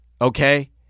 okay